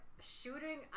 shooting